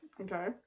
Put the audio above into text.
okay